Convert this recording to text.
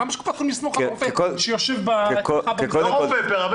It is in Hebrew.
למה שקופת חולים תסמוך על רופא שיושב מרחוק ועל פרמדיק?